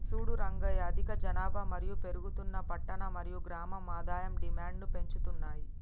సూడు రంగయ్య అధిక జనాభా మరియు పెరుగుతున్న పట్టణ మరియు గ్రామం ఆదాయం డిమాండ్ను పెంచుతున్నాయి